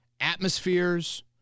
atmospheres